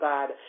God